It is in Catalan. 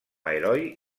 heroi